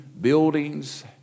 buildings